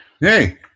Hey